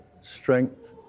strength